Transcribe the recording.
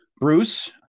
Bruce